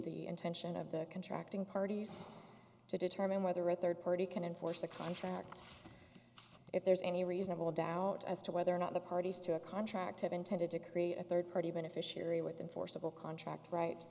the intention of the contracting parties to determine whether a third party can enforce the contract if there's any reasonable doubt as to whether or not the parties to a contract have intended to create a third party beneficiary with enforceable contract rights